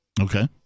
Okay